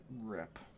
Rip